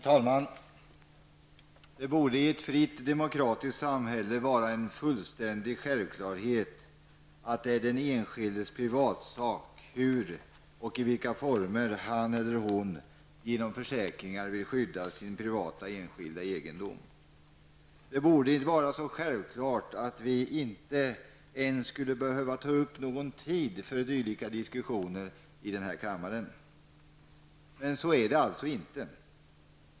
Herr talman! Det borde i ett fritt demokratiskt samhälle vara en självklarhet att det är den enskildes privatsak i vilka former han eller hon genom försäkringar vill skydda sin privata egendom. Det borde vara så självklart att vi inte ens skulle behöva använda någon tid för diskussioner om saken i den här kammaren. Men så förhåller det sig alltså inte.